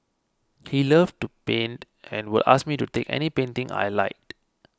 he loved to paint and would ask me to take any painting I liked